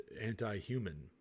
anti-human